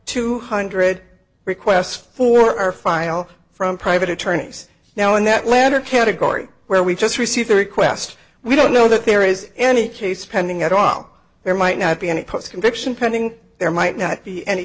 two hundred requests for our file from private attorneys now in that latter category where we just received a request we don't know that there is any case pending at all there might not be any post conviction pending there might not be any